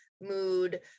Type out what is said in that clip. mood